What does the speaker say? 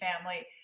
family